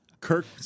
Kirk